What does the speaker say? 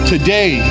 Today